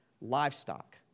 livestock